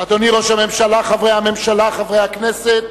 אדוני ראש הממשלה, חברי הממשלה, חברי הכנסת,